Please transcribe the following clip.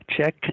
check